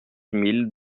mille